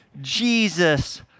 Jesus